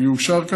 הוא יאושר,